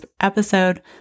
episode